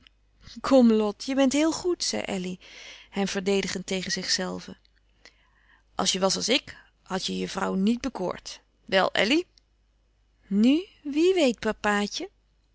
kom lot je bent heel goed zei elly hem verdedigend tegen zichzelven als je was als ik hadt je je vrouw niet bekoord wel elly nu wie weet papaatje